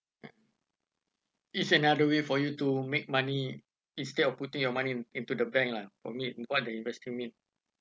it's another way for you to make money instead of putting your money in into the bank lah for me what's that interest me